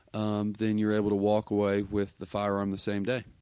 um then you're able to walk away with the firearm the same day.